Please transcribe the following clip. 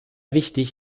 wichtig